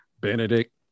Benedict